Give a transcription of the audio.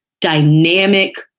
dynamic